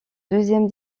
deuxième